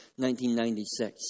1996